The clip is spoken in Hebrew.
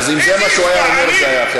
אז אם זה מה שהוא היה אומר זה היה אחרת.